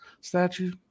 statue